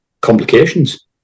complications